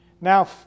Now